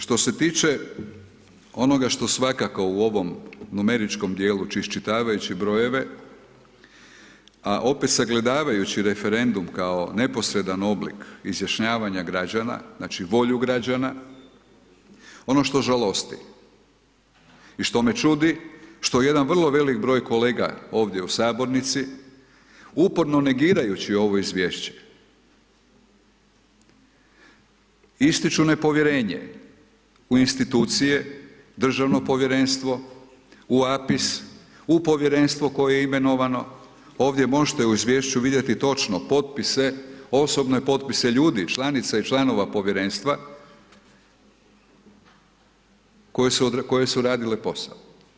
Što se tiče onoga što svakako u ovom numeričkom dijelu iščitavajući brojeve, a opet sagledavajući referendum kao neposredan oblik izjašnjavanja građana, znači volju građana ono što žalosti i što me čudi što jedan vrlo velik broj kolega ovdje u sabornici uporno negirajući ovo izvješće ističu nepovjerenje u institucije, državno povjerenstvo u APIS, u povjerenstvo koje je imenovano, ovdje možete u izvješću vidjeti točno potpise, osobne potpise ljudi, članica i članova povjerenstva koje su radile posao.